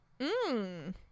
Mmm